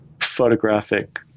photographic